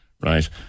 right